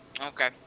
Okay